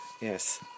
yes